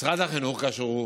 משרד החינוך, כאשר הוא